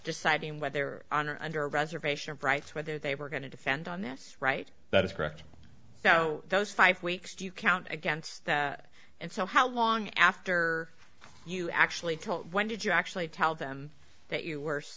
deciding whether on or under reservation of rights whether they were going to defend on this right that is correct so those five weeks do you count against that and so how long after you actually took when did you actually tell them that you worse